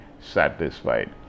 satisfied